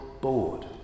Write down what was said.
bored